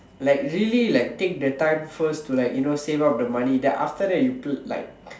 like really like take the time first to like you know save up the money then after that you pl~ like